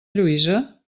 lluïsa